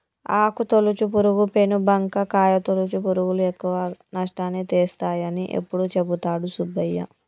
ఆకు తొలుచు పురుగు, పేను బంక, కాయ తొలుచు పురుగులు ఎక్కువ నష్టాన్ని తెస్తాయని ఎప్పుడు చెపుతాడు సుబ్బయ్య